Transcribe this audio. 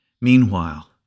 Meanwhile